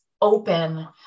open